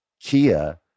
Kia